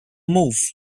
move